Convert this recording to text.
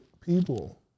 people